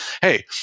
hey